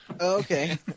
Okay